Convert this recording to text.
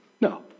No